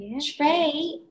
Trey